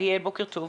ליאל, בוקר טוב.